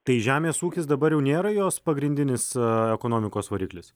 tai žemės ūkis dabar jau nėra jos pagrindinis ekonomikos variklis